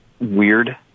weird